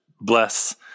bless